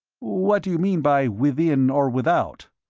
what do you mean by within or without?